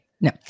No